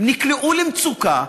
נקלעו למצוקה,